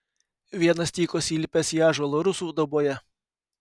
vienas tykos įlipęs į ąžuolą rusų dauboje